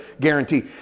guarantee